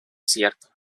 cierto